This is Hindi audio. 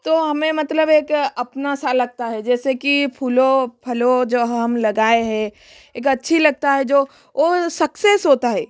तो हमें मतलब एक अपना सा लगता है जैसे की फूलों फलों जो हम लगाए है एक अच्छी लगता है जो ओ सक्सेस होता है